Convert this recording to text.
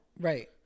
right